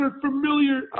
familiar